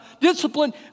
discipline